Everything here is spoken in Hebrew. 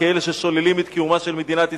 כאלה ששוללים את קיומה של מדינת ישראל.